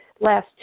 last